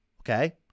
Okay